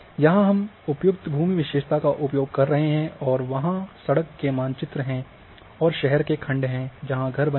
यहाँ हम उपयुक्त भूमि विशेषता का उपयोग कर रहे हैं और वहां सड़क के मानचित्र हैं और शहर के खंड हैं जहां घर बने हैं